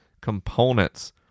components